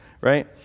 right